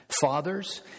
Fathers